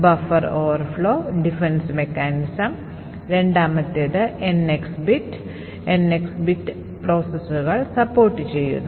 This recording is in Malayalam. ഇപ്പോൾ റിട്ടേൺ അഡ്രസ് സ്റ്റാക്കിലെ മറ്റൊരു ലൊക്കേഷൻ ഉപയോഗിച്ച് തിരുത്തിയെഴുതുന്നു ആ സ്ഥലത്ത് ആക്രമണകാരി ഒരു പേലോഡ് എഴുതിയിട്ടുണ്ട് തുടർന്ന് ഈ പേലോഡ് എക്സിക്യൂട്ട് ചെയ്യും